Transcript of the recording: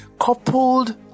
coupled